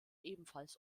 ebenfalls